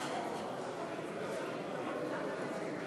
(תיקון,